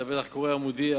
אתה בטח קורא "המודיע",